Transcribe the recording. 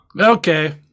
Okay